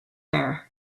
are